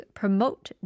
promote